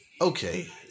okay